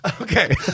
Okay